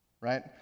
right